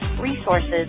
resources